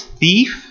thief